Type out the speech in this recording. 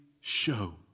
show